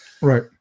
Right